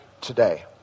today